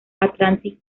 atlantic